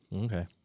Okay